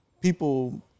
people